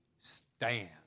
stand